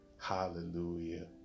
hallelujah